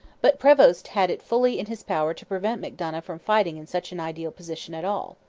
but prevost had it fully in his power to prevent macdonough from fighting in such an ideal position at all.